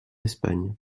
espagne